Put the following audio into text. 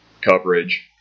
coverage